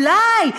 אולי,